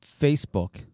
Facebook